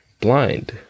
blind